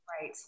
Right